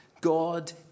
God